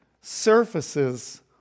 surfaces